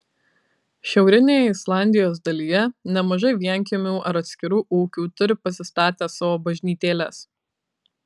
šiaurinėje islandijos dalyje nemažai vienkiemių ar atskirų ūkių turi pasistatę savo bažnytėles